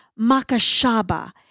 makashaba